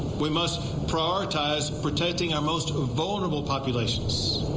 we must prioritize protecting our most vulnerable populations.